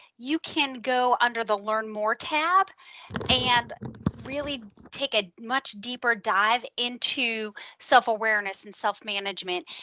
you can go under the learn more tab and really take a much deeper dive into self-awareness and self-management.